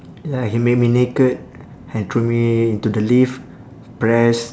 like he made me naked and throw me into the lift press